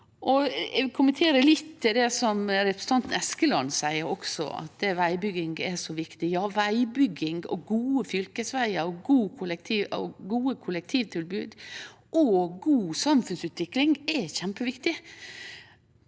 vil kommentere det representanten Eskeland seier om at vegbygging er så viktig. Ja, vegbygging, gode fylkesvegar, gode kollektivtilbod og god samfunnsutvikling er kjempeviktig,